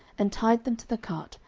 and tied them to the cart,